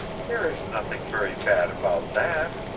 there is nothing very bad about that,